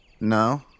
No